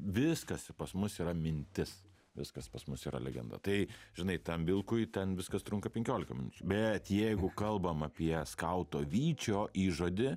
viskas pas mus yra mintis viskas pas mus yra legenda tai žinai tam vilkui ten viskas trunka penkiolika minučių bet jeigu kalbam apie skauto vyčio įžodį